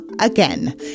again